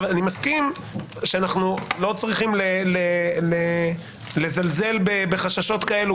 אני מסכים שאנחנו לא צריכים לזלזל בחששות כאלה,